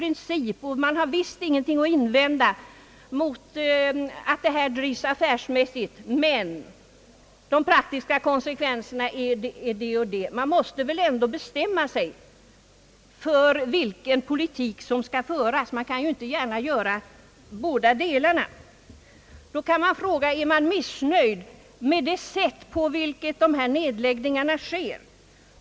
Det sägs att man visst ingenting har att invända mot att SJ för en affärsmässig politik, men man är tveksam när det gäller de praktiska konsekvenserna. Man måste väl ändå bestämma sig för vilken politik som skall föras. Är man missnöjd med det sätt på vilket nedläggelserna sker?